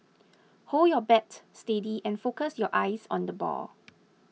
hold your bat steady and focus your eyes on the ball